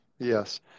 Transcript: Yes